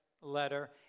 letter